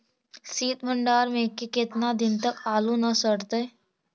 सित भंडार में के केतना दिन तक आलू न सड़तै?